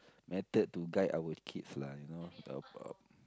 method to guide our kids lah you know of of